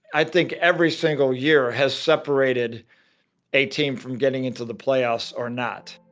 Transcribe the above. i think every single year, has separated a team from getting into the playoffs or not